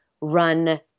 run